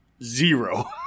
Zero